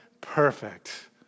perfect